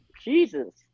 Jesus